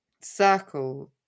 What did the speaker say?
circle